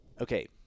okay